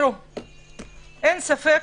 אין ספק